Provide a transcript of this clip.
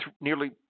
nearly